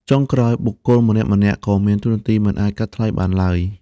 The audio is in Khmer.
ចុងក្រោយ បុគ្គលម្នាក់ៗក៏មានតួនាទីមិនអាចកាត់ថ្លៃបានឡើយ។